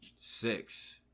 Six